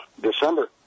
December